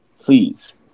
please